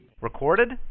Recorded